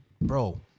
Bro